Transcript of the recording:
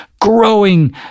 growing